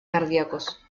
cardíacos